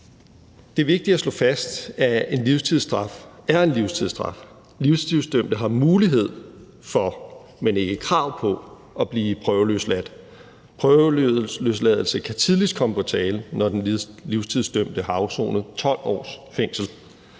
Det er vigtigt at slå fast, at en livstidsstraf er en livstidsstraf. Livstidsdømte har mulighed for, men ikke krav på at blive prøveløsladt. Prøveløsladelse kan tidligst komme på tale, når den livstidsdømte har afsonet 12 års fængsel.